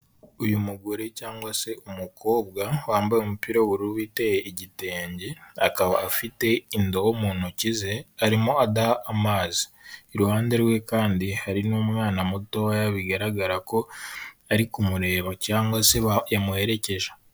Uyu mugore cyangwa se umukobwa wambaye umupira w'ubururu witeye igitenge, akaba afite indobo mu ntoki ze, arimo adaha amazi, iruhande rwe kandi hari n'umwana mutoya bigaragara ko ari kumureba cyangwa se yamuherekeje.